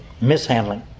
mishandling